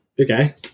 okay